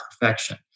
perfection